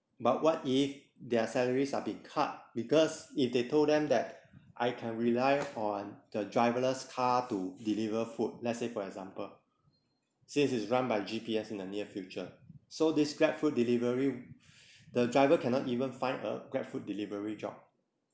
but what if their salaries are been cut because if they told them that I can rely on the driver-less car to deliver food let's say for example says it is run by G_P_S in the near future so this grab food delivery the driver cannot even find a grab food delivery job